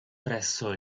presso